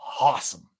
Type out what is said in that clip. awesome